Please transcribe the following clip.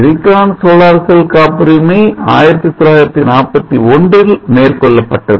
silicon solar cell காப்புரிமை 1941இல் மேற்கொள்ளப்பட்டது